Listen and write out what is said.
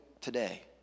today